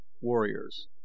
warriors